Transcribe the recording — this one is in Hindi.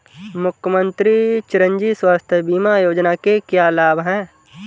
मुख्यमंत्री चिरंजी स्वास्थ्य बीमा योजना के क्या लाभ हैं?